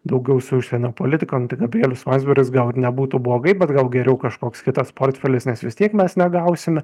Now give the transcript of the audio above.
daugiau su užsienio politika nu tai gabrielius landsbergis gal nebūtų blogai bet gal geriau kažkoks kitas portfelis nes vis tiek mes negausime